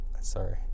Sorry